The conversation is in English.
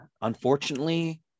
Unfortunately